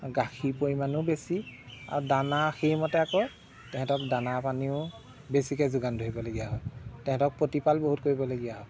গাখীৰ পৰিমাণো বেছি আৰু দানা সেইমতে আকৌ তেহেঁতক দানা পানীও বেছিকে যোগান ধৰিব লগীয়া হয় তেহেঁতক প্ৰতিপাল বহুতো কৰিবলগীয়া হয়